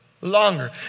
longer